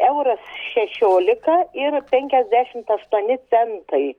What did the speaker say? euras šešiolika ir penkiasdešimt aštuoni centai